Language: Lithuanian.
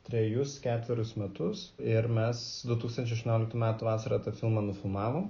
trejus ketverius metus ir mes du tūkstančiai aštuonioliktų metų vasarą tą filmą nufilmavom